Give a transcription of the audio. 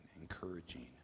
encouraging